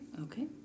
Okay